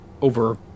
over